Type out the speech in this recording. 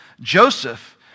Joseph